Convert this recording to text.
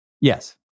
Yes